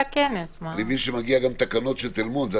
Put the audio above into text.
אדם שנותן שירות במקום, הזמין